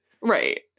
Right